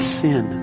sin